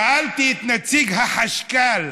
שאלתי את נציג החשכ"ל: